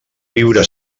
viure